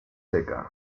seca